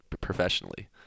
professionally